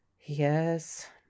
Yes